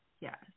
Yes